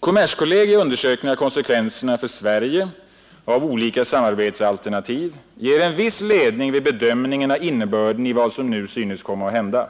Kommerskollegii undersökning av konsekvenserna för Sverige av olika samarbetsalternativ ger en viss ledning vid bedömningen av innebörden av 39 vad som nu synes komma att hända.